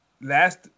last